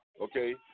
okay